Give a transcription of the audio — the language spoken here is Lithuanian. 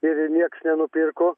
ir nieks nenupirko